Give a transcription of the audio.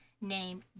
named